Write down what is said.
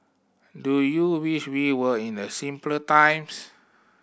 do you wish we were in a simpler times